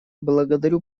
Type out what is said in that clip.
благодарю